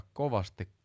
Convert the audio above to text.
kovasti